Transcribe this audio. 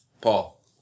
Paul